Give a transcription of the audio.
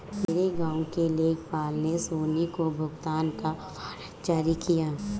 मेरे गांव के लेखपाल ने सोनी को भुगतान का वारंट जारी किया